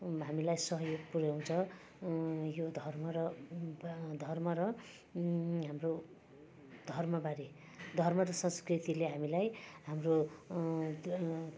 हामीलाई सहयोग पुऱ्याउँछ यो धर्म र धर्म र हाम्रो धर्म बारे धर्म र संस्कृतिले हामीलाई हाम्रो त्यो